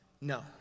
No